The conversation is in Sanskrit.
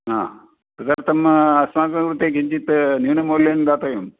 हा तदर्थम् अस्माकं कृते किञ्चित् न्यूनमूल्यं दातव्यम्